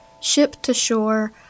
ship-to-shore